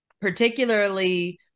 particularly